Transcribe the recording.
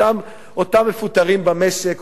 אותם מפוטרים במשק,